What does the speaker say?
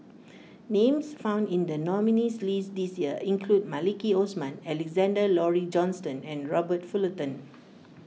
names found in the nominees' list this year include Maliki Osman Alexander Laurie Johnston and Robert Fullerton